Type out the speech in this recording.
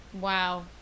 Wow